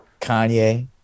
Kanye